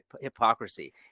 hypocrisy